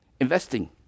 Investing